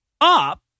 up